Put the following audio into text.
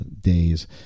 days